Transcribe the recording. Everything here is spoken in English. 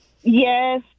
Yes